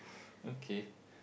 okay